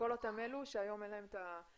לכל אותם אלה שהיום אין להם את היכולת.